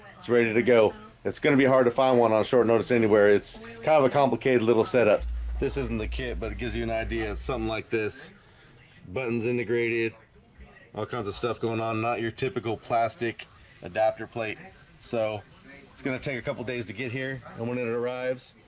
it's ready to go it's gonna be hard to find one on short notice anywhere. it's kind of a complicated little setup this isn't the kit but it gives you an idea of something like this buttons integrated all kinds of stuff going on not your typical plastic adapter plate so it's gonna take a couple days to get here and when it it arrives